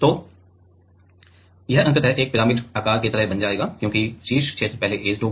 तो यह अंततः एक पिरामिड आकार की तरह बन जाएगा क्योंकि शीर्ष क्षेत्र पहले ऐचेड होगा